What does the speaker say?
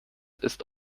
ist